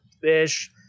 fish